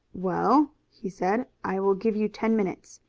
well, he said, i will give you ten minutes.